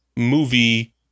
movie